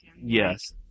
yes